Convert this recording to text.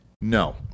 No